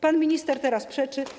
Pan minister teraz przeczy.